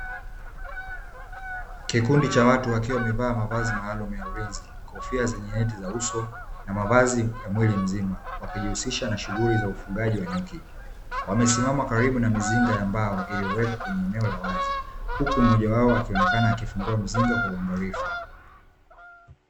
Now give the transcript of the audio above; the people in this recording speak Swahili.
Kikundi cha watu wakiwa wamevaa mavazi maalumu ya ulinzi kofia zenye heji za uso na mavazi ya mwili mzima wakijishughulisha na ufugaji wa nyuki, wamesimama karibu na mizinga ya mbao iliyowekwa kwenye eneo la wazi huku mmoja wao akionekana akifungua mzinga kwa uangalifu.